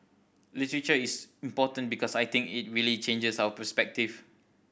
literature is important because I think it really changes our perspective